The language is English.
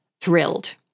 thrilled